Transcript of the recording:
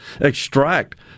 extract